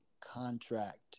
contract